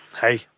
Hey